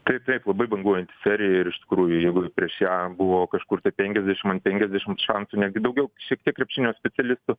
taip taip labai banguojanti serija ir iš tikrųjų jeigu prieš ją buvo kažkur tai penkiasdešimt ant penkiasdešimt šansų netgi daugiau šiek tiek krepšinio specialistų